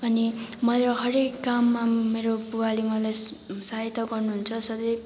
अनि मेरो हरेक काममा मेरो बुवाले मलाई सहायता गर्नुहुन्छ सधैँ